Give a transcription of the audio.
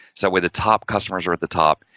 so with the top customers are at the top.